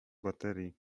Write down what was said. baterii